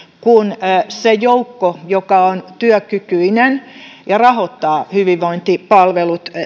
kun se joukko vähenee joka on työkykyinen ja rahoittaa hyvinvointipalvelut